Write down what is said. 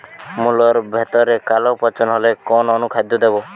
মুলোর ভেতরে কালো পচন হলে কোন অনুখাদ্য দেবো?